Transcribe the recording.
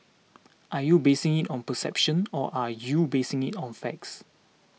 are you basing it on perception or are you basing it on facts